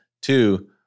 Two